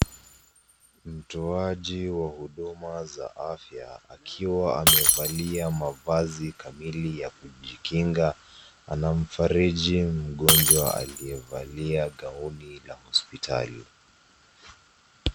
Mtoaji wa huduma za afya akiwa amevalia mavazi kamili ya kujikinga, anamfarii mgonjwa aliyevalia gauni ya hospitali.